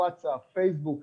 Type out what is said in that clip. פייסבוק,